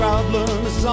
Problems